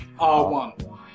R1